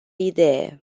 idee